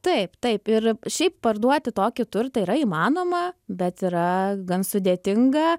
taip taip ir šiaip parduoti tokį turtą yra įmanoma bet yra gan sudėtinga